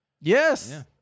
Yes